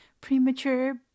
premature